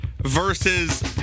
versus